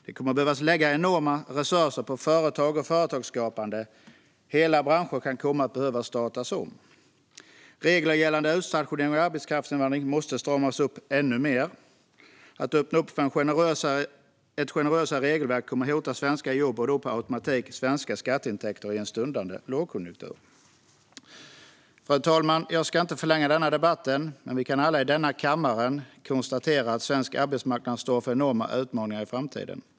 Det kommer att behöva läggas enorma resurser på företag och företagsskapande, och hela branscher kan komma att behöva startas om. Reglerna gällande utstationering och arbetskraftsinvandring måste stramas upp ännu mer. Att öppna för ett generösare regelverk kommer att hota svenska jobb och då per automatik svenska skatteintäkter i en stundande lågkonjunktur. Fru talman! Jag ska inte förlänga debatten, men vi kan alla i denna kammare konstatera att svensk arbetsmarknad står inför enorma utmaningar i framtiden.